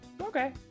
Okay